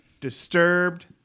Disturbed